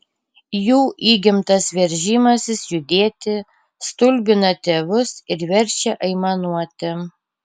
jų įgimtas veržimasis judėti stulbina tėvus ir verčia aimanuoti